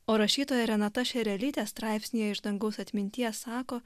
o rašytoja renata šerelytė straipsnyje iš dangaus atminties sako